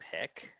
pick